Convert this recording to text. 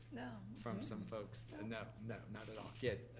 from some folks. and ah no, not at all.